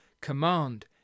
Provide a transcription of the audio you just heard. Command